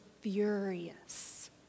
furious